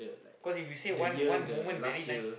cause if you say one one moment very nice